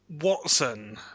Watson